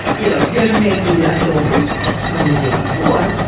you know, dinner may be leftovers from the day before.